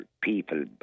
people